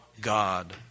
God